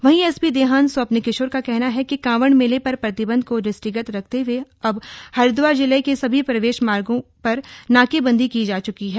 वहीं एसपी देहात स्वप्न किशोर का कहना है कि कांवड़ मेले पर प्रतिबंध को दृष्टिगत रखते हए अब हरिदवार जिले के सभी प्रवेश मार्गों पर नाकेबंदी की जा च्की है